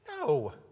No